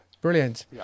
brilliant